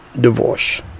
divorce